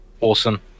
Awesome